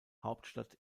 hauptstadt